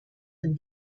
ein